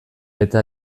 bete